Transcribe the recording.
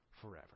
Forever